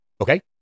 Okay